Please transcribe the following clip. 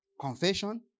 Confession